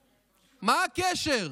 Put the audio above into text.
השר,